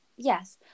yes